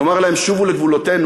נאמר להם: שובו לגבולותינו,